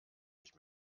nicht